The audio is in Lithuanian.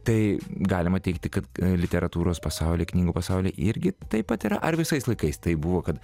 tai galima teigti kad literatūros pasaulyje knygų pasaulyje irgi taip pat yra ar visais laikais taip buvo kad